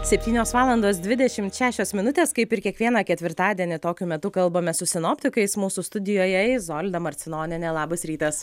septynios valandos dvidešimt šešios minutės kaip ir kiekvieną ketvirtadienį tokiu metu kalbamės su sinoptikais mūsų studijoje izolda marcinonienė labas rytas